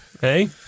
hey